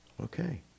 Okay